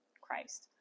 Christ